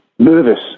Nervous